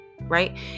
right